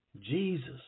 Jesus